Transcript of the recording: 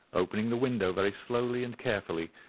opening the window very slowly and carefully,